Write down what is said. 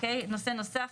נושא נוסף,